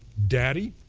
daddy,